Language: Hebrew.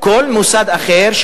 כל מוסד אחר,